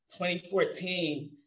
2014